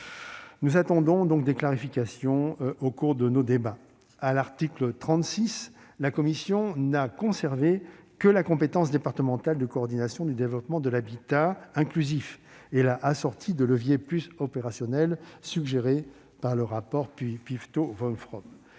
Nous attendons des clarifications au cours de nos débats. À l'article 36, la commission n'a conservé que la compétence départementale de coordination du développement de l'habitat inclusif et l'a assortie de leviers plus opérationnels, suggérés par le rapport Piveteau-Wolfrom.